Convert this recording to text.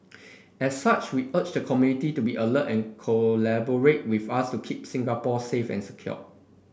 as such we urge the community to be alert and collaborate with us to keep Singapore safe and secure